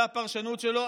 והפרשנות שלו,